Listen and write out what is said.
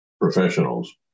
professionals